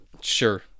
sure